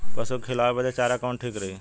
पशु के खिलावे बदे चारा कवन ठीक रही?